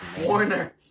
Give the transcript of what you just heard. Warner